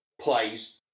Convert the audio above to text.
plays